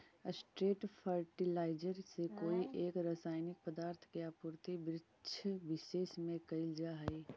straight fertiliser से कोई एक रसायनिक पदार्थ के आपूर्ति वृक्षविशेष में कैइल जा हई